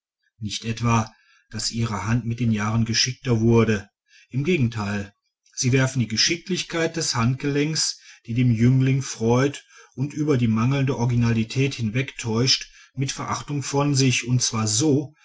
nicht etwa daß ihre hand mit den jahren geschickter wurde im gegenteil sie werfen die geschicklichkeit des handgelenks die den jüngling freut und über die mangelnde originalität hinwegtäuscht mit verachtung von sich und zwar so